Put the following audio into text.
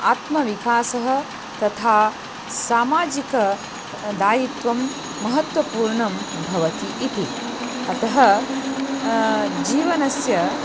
आत्मविकासः तथा सामाजिक दायित्वं महत्त्वपूर्णं भवति इति अतः जीवनस्य